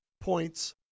points